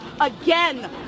again